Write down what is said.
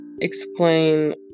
explain